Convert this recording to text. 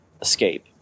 escape